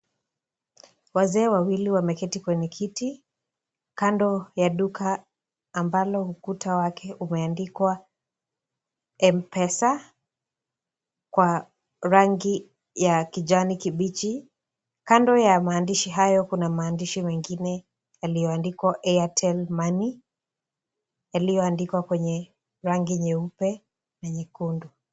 Wazee wawili wameketi kwenye kiti kand ya duka ambalo ukuta wake umeandikwa MPESA kwa rangi ya kijani kibichi, kando ya maandishi hayo kuna maandishi mengine yaliyoandikwa Airtel money yalioandikwa kwenye rangi nyeupe na nyekundu.